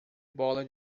bola